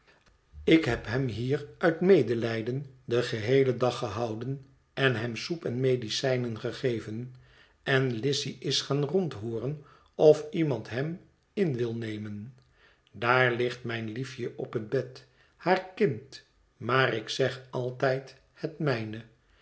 ik heb hem hier uit medelijden den geheelen dag gehouden en hem soep en medicijn gegeven en lizzy is gaan rondhooren of iemand hem in wil nemen daar ligt mijn liefje op het bed haar kind maar ik zeg altijd het mijne